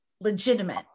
legitimate